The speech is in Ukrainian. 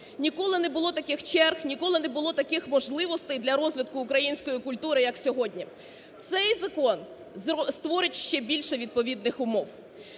ніколи не було таких черг, ніколи не було таких можливостей для розвитку української культури як сьогодні. Цей закон створить ще більше відповідних умов.